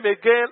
again